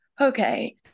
okay